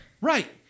Right